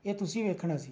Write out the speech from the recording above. ਇਹ ਤੁਸੀਂ ਵੇਖਣਾ ਸੀ